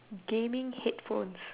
gaming headphones